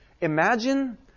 Imagine